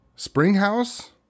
Springhouse